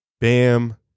Bam